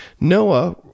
Noah